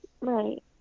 right